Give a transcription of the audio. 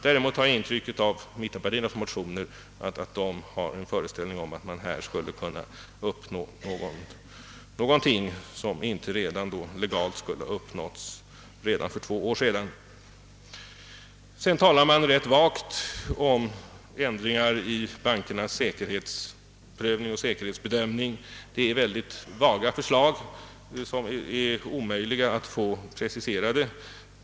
Däremot har jag av mittenpartiernas motion fått det intrycket att de har en föreställning om att man i detta avseende skulle kunna uppnå något som redan uträttades för två år sedan. De talar vidare rätt vagt om ändringar i bankernas säkerhetsprövning och säkerhetsbedömning. Förslagen är vaga och omöjliga att precisera.